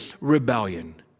rebellion